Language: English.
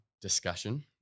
discussion